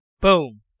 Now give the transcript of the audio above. boom